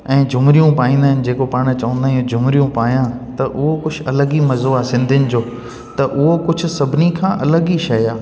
ऐं झुमरियूं पाईंदा आहिनि जेको पाण चवंदा आहियूं झुमरियूं पायां त उहो कुझु अलॻि ई मज़ो आहे सिंधियुनि जो त उहो कुझु सभिनी खां अलॻि ई शइ आहे